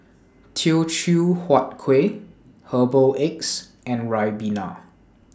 Teochew Huat Kueh Herbal Eggs and Ribena